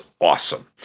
awesome